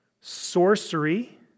sorcery